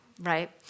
right